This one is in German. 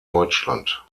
deutschland